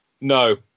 No